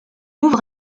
ouvre